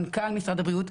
מנכ"ל משרד הבריאות,